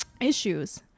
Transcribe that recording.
issues